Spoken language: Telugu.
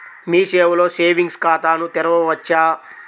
మీ సేవలో సేవింగ్స్ ఖాతాను తెరవవచ్చా?